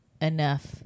enough